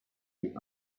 die